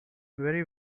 very